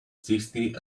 sixty